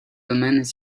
domaines